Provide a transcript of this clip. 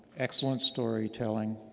excellent storytelling,